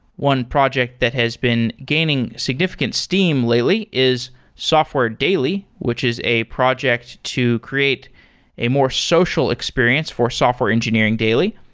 one project that has been gaining significant steam lately is software daily, which is a project to create a more social experience for software engineering daily.